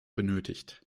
benötigt